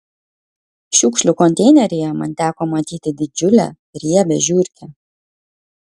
šiukšlių konteineryje man teko matyti didžiulę riebią žiurkę